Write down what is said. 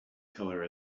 teller